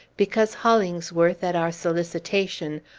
because hollingsworth, at our solicitation,